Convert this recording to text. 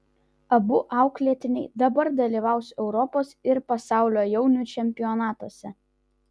abu auklėtiniai dabar dalyvaus europos ir pasaulio jaunių čempionatuose